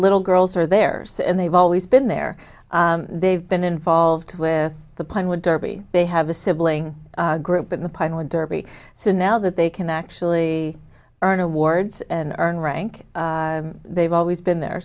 little girls are there and they've always been there they've been involved with the plan with derby they have a sibling group in the pinewood derby so now that they can actually earn awards and earn rank they've always been there